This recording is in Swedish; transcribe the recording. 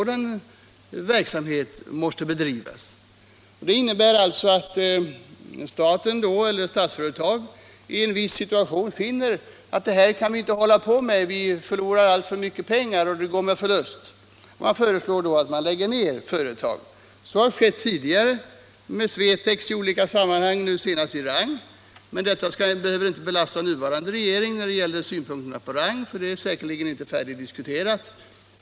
Det innebär att Statsföretag i en viss situation kan finna att verksamheten inte kan fortsätta, eftersom den går med förlust. Det föreslås då att företaget läggs ned. Sådant har skett tidigare beträffande Svetex AB i olika sammanhang och nu senast gällde det Konfektions AB Rang, men vi behöver inte lasta den nuvarande regeringen då det gäller Rang. Den frågan är säkerligen inte färdigdiskuterad.